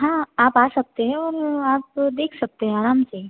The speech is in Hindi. हाँ आप आ सकते हैं और आप देख सकते हैं आराम से